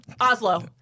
Oslo